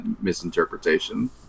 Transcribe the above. misinterpretation